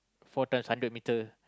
four times hundred metre